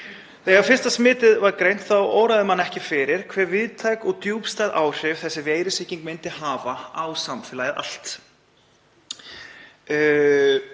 Þegar fyrsta smitið var greint óraði mann ekki fyrir hve víðtæk og djúpstæð áhrif þessi veirusýking myndi hafa á samfélagið allt.